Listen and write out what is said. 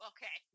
Okay